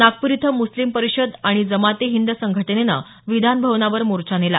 नागपूर इथं मुस्लिम परिषद आणि जमाते हिंद संघटनेनं विधान भवनावर मोर्चा नेला